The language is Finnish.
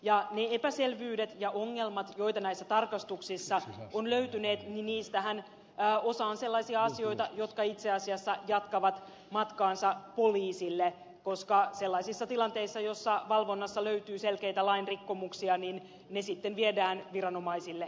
niistä epäselvyyksistä ja ongelmista joita näissä tarkastuksissa on löytynyt osa on sellaisia asioita jotka itse asiassa jatkavat matkaansa poliisille koska jos valvonnassa löytyy selkeitä lain rikkomuksia ne viedään viranomaisille eteenpäin